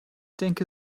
denke